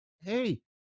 hey